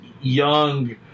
young